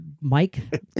Mike